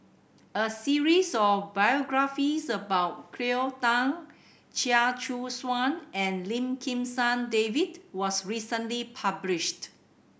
a series of biographies about Cleo Thang Chia Choo Suan and Lim Kim San David was recently published